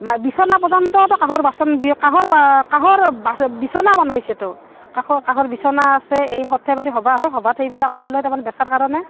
মা বিচনা পৰ্যন্তত কাঁহৰ বাচন দি কাঁহৰ কাঁহৰ বা বিচনা বনাইছে ত' কাঁহৰ কাঁহৰ বিচনা আছে এই সৰ্থেবাৰী সভা হয় সভাত সেইবিলাক ওইলোই তাৰমানে বেচাৰ কাৰণে